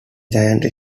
giant